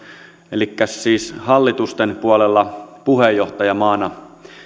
elikkä hallitusten puolella puheenjohtajamaana